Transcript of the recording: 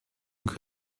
und